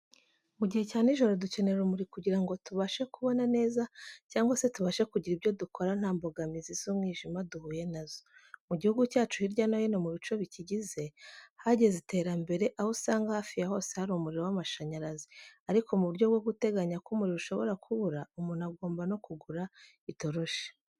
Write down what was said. Mu gihe cya nijoro dukenera urumuri kugira ngo tubashe kubona neza cyangwa se tubashe kugira ibyo dukora nta mbogamizi z'umwijima duhuye na zo. Mu gihugu cyacu hirya no hino mu bice bikigize hageze iterambere, aho usanga hafi ya hose hari umuriro w'amashanyarazi. Ariko mu buryo bwo guteganya ko umuriro ushobora kubura umuntu agomba no kugura itoroshi.